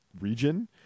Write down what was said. region